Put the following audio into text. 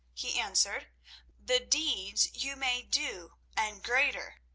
he answered the deeds you may do, and greater,